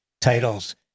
titles